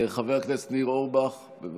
חבר הכנסת ניר אורבך, בבקשה.